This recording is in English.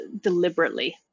deliberately